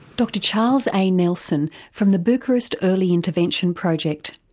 dr charles a nelson, from the bucharest early intervention project.